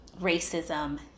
racism